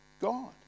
God